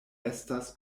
estas